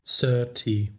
thirty